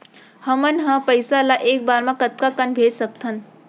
हमन ह पइसा ला एक बार मा कतका कन भेज सकथन?